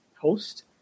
host